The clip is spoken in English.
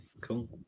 cool